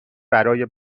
برای